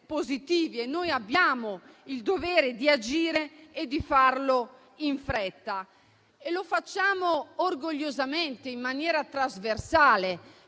positivi. Noi abbiamo il dovere di agire e di farlo in fretta. E lo facciamo orgogliosamente, in maniera trasversale,